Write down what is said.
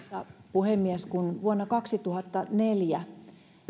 puhemies kun vuonna kaksituhattaneljä